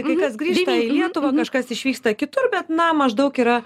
kai kas grįžta į lietuvą kažkas išvyksta kitur bet na maždaug yra